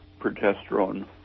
progesterone